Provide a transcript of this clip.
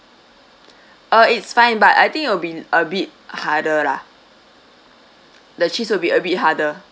uh it's fine but I think it'll be a bit harder lah the cheese will be a bit harder